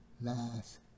last